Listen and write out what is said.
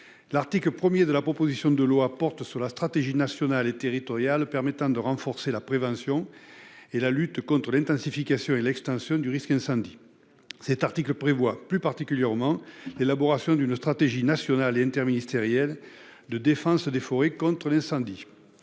l'article 1 de la proposition de loi porte sur la stratégie nationale et territoriale permettant de renforcer la prévention et la lutte contre l'intensification et l'extension du risque incendie. Cet article prévoit plus particulièrement l'élaboration d'une stratégie nationale et interministérielle de défense des forêts contre l'incendie.